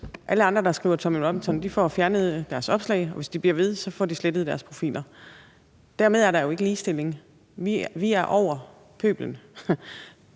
Alle andre, der skriver om Tommy Robinson, får fjernet deres opslag, og hvis de bliver ved, får de slettet deres profiler. Dermed er der jo ikke ligestilling – vi er over pøblen.